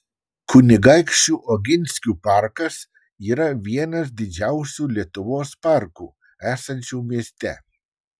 kunigaikščių oginskių parkas yra vienas didžiausių lietuvos parkų esančių mieste